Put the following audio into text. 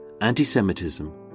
anti-Semitism